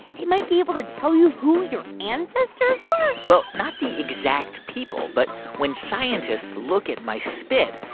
they might be able to tell you who your ancestors were well, not the exact people, but when scientists look at my spit,